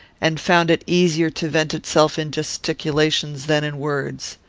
and found it easier to vent itself in gesticulations than in words.